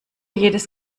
jedes